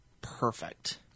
perfect